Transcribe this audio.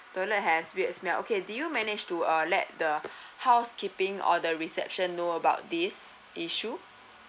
toilet has weird smell okay did you manage to uh let the house keeping or the reception know about this issue